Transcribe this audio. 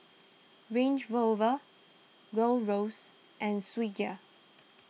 Range Rover Gold Roast and Swissgear